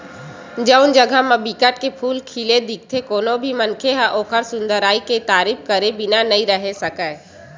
जउन जघा म बिकट के फूल खिले दिखथे कोनो भी मनखे ह ओखर सुंदरई के तारीफ करे बिना नइ रहें सकय